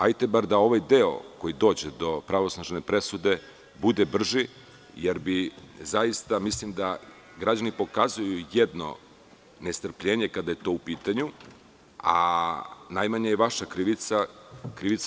Hajde bar da ovaj deo, koji dođe do pravosnažne presude, bude brži, jer zaista mislim da građani pokazuju jedno nestrpljenje kada je to u pitanju, a najmanje je vaša krivica.